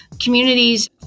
communities